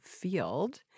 field